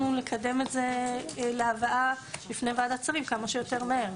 לקדם את זה להבאה לפני ועדת שרים כמה שיותר מהר.